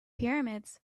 pyramids